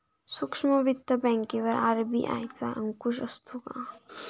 सूक्ष्म वित्त बँकेवर आर.बी.आय चा अंकुश असतो का?